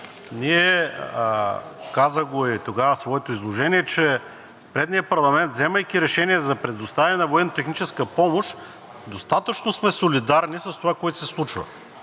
казах го и тогава в своето изложение, че в предния парламент, вземайки решение за предоставяне на военно-техническа помощ, достатъчно сме солидарни с това, което се случва